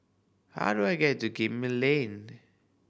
how do I get to Gemmill Lane